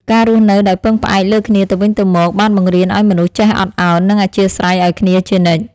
ការរស់នៅដោយពឹងផ្អែកលើគ្នាទៅវិញទៅមកបានបង្រៀនឱ្យមនុស្សចេះអត់ឱន និងអធ្យាស្រ័យឱ្យគ្នាជានិច្ច។